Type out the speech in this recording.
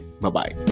Bye-bye